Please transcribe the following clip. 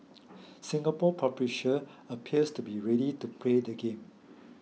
Singapore publisher appears to be ready to play the game